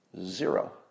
Zero